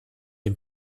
dem